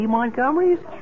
Montgomerys